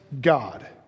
God